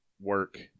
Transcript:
work